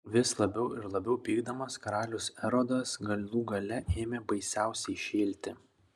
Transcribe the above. vis labiau ir labiau pykdamas karalius erodas galų gale ėmė baisiausiai šėlti